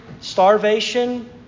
starvation